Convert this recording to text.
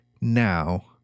now